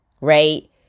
right